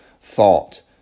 thought